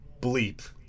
bleep